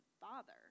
Father